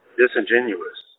disingenuous